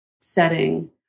setting